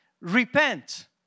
repent